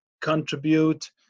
contribute